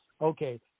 Okay